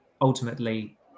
ultimately